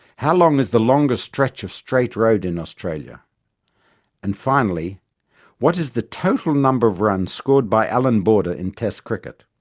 how long is the longest stretch of straight road in australia and finally what is the total number of runs scored by allan border in test cricket.